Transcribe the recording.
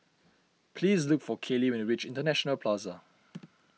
please look for Caylee when you reach International Plaza